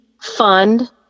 fund